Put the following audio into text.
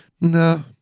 No